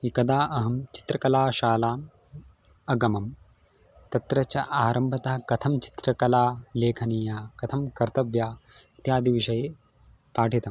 एकदा अहं चित्रकलाशालाम् अगमं तत्र च आरम्भतः कथं चित्रकला लेखनीया कथं कर्तव्या इत्यादिविषये पाठितम्